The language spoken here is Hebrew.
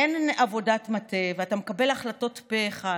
אין עבודת מטה ואתה מקבל החלטות פה אחד,